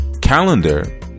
Calendar